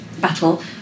battle